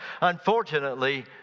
Unfortunately